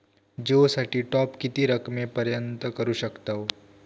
जिओ साठी टॉप किती रकमेपर्यंत करू शकतव?